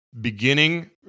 beginning